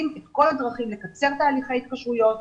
את כל הדרכים לקצר תהליכי התקשרויות,